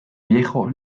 viejo